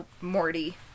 Morty